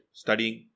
studying